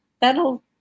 that'll